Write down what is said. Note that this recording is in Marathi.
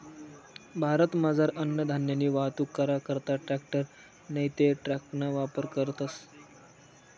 भारतमझार अन्नधान्यनी वाहतूक करा करता ट्रॅकटर नैते ट्रकना वापर करतस